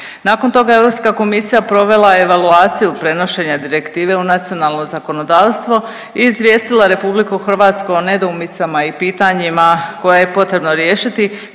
Nakon toga Europska komisija provela je evaluaciju prenošenja direktive u nacionalno zakonodavstvo i izvijestila RH o nedoumicama i pitanjima koja je potrebno riješiti